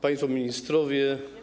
Państwo Ministrowie!